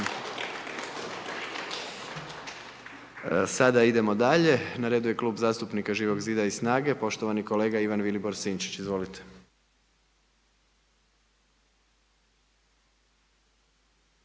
Sada idemo dalje. Na redu je klub zastupnika Živog zida i Snage, poštovani kolega Ivan Vilibor Sinčić, izvolite.